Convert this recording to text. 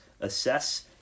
assess